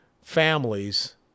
families